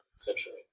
essentially